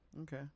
Okay